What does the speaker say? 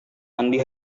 mandi